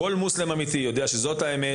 כל מוסלמי אמיתי יודע שזאת האמת